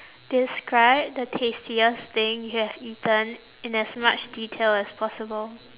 describe the tastiest thing you have eaten in as much detail as possible